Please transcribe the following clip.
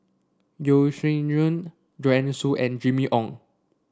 Yeo Shih Yun Joanne Soo and Jimmy Ong